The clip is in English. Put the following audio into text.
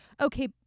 okay